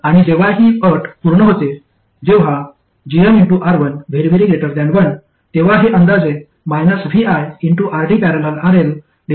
आणि जेव्हा ही अट पूर्ण होते जेव्हा gmR1 1 तेव्हा हे अंदाजे viRD।।RLR1 असते